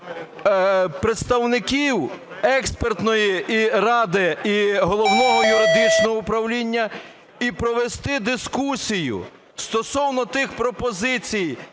представників експертної ради і Головного юридичного управління і провести дискусію стосовно тих пропозицій,